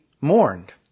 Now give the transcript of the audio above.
mourned